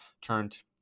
turned